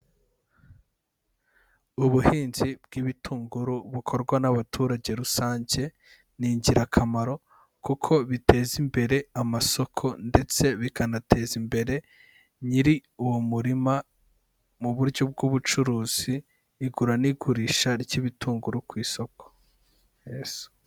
Ubuhinzi bw'ibitunguru bukorwa n'abaturage rusange, ni ingirakamaro kuko biteza imbere amasoko ndetse bikanateza imbere nyiri uwo murima mu buryo bw'ubucuruzi, igura n'igurisha ry'ibitunguru ku isoko.